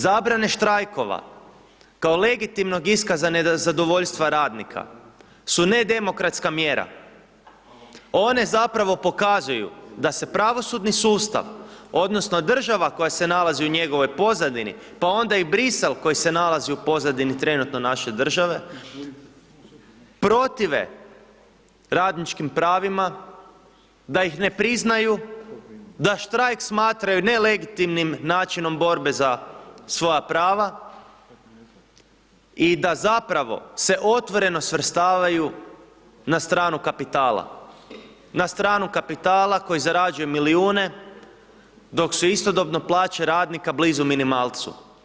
Zabrane štrajkova kao legitimnog iskaza nezadovoljstva radnika su nedemokratska mjera, one zapravo pokazuju da se pravosudni sustav, odnosno država koja se nalazi u njegovoj pozadini, pa onda i Brisel koji se nalazi u pozadini trenutno naše države protive radničkim pravima, da ih ne priznaju, da štrajk smatraju nelegitimnim načinom borbe za svoja prava i da zapravo se otvoreno svrstavaju na stranu kapitala, na stranu kapitala koji zarađuje milijune dok su istodobno plaće radnika blizu minimalcu.